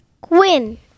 Gwyn